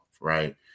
right